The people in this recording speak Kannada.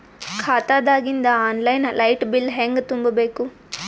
ಖಾತಾದಾಗಿಂದ ಆನ್ ಲೈನ್ ಲೈಟ್ ಬಿಲ್ ಹೇಂಗ ತುಂಬಾ ಬೇಕು?